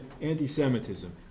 anti-Semitism